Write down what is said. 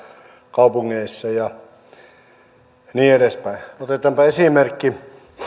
kaupungeissa ja niin edespäin otetaanpa esimerkki